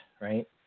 Right